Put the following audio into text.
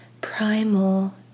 primal